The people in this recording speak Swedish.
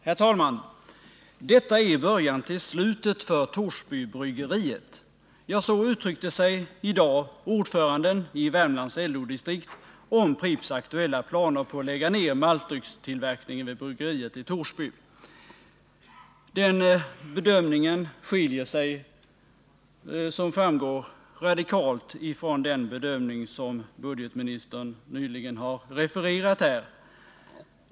Herr talman! ”Detta är början till slutet för Torsbybryggeriet.” Så uttryckte sig i dag ordföranden i Värmlands LO-distrikt om Pripps aktuella planer på att lägga ner maltdryckstillverkningen vid bryggeriet i Torsby. Den bedömningen skiljer sig som framgår radikalt från den bedömning som budgetministern nyss har refererat här.